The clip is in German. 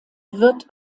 wird